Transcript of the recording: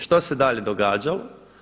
Što se dalje događalo?